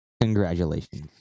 Congratulations